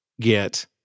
get